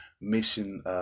Mission